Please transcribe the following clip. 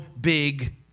big